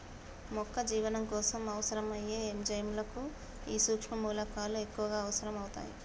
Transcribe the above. మొక్క జీవనం కోసం అవసరం అయ్యే ఎంజైముల కు ఈ సుక్ష్మ మూలకాలు ఎక్కువగా అవసరం అవుతాయి